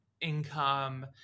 income